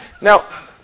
Now